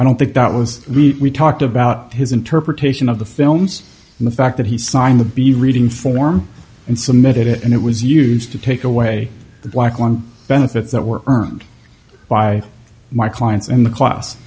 i don't think that was we talked about his interpretation of the films and the fact that he signed the be reading form and submitted it and it was used to take away the black line benefits that were earned by my clients in the class